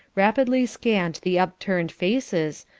rapidly scanned the upturned faces,